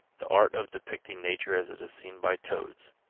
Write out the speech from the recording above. the art of depicting nature as it is seen by toads.